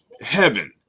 heaven